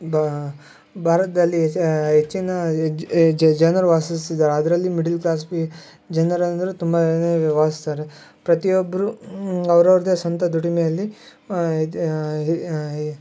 ಬಾ ಭಾರತದಲ್ಲಿ ಹೆಚ್ಚಿನ ಜನರು ವಾಸಿಸ್ತಿದಾರೆ ಅದರಲ್ಲಿ ಮಿಡಲ್ ಕ್ಲಾಸ್ ಪಿ ಜನರು ಅಂದ್ರೆ ತುಂಬಾ ವಾಸಿಸ್ತಾರೆ ಪ್ರತಿಯೊಬ್ಬರು ಅವ್ರ ಅವ್ರದೇ ಸ್ವಂತ ದುಡಿಮೆಯಲ್ಲಿ ಇದು ಈ